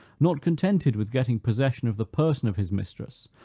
not contented with getting possession of the person of his mistress,